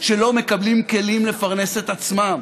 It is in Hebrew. שלא מקבלים כלים לפרנס את עצמם.